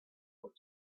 horse